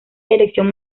dirección